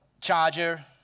charger